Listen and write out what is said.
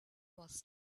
was